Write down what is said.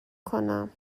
کنم